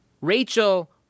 Rachel